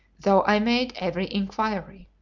though i made every inquiry.